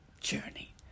journey